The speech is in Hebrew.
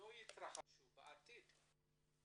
שלום לכולם ובוקר טוב.